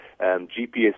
GPS